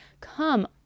come